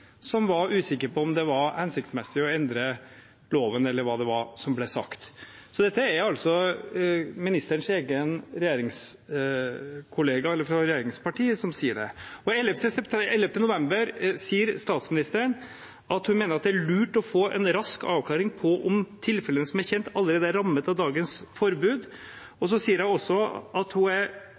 statsministeren var usikker på om det var hensiktsmessig å endre loven, eller hva det nå var som ble sagt. Det er altså ministerens kollega i et regjeringsparti som sier det. Den 11. november sa statsministeren at hun mener «det er lurt å få en rask avklaring på om tilfellene som kjent allerede er rammet av dagens forbud». Hun var også klar på at et forbud kan være vanskelig å gjennomføre i praksis, og at det er